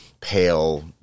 pale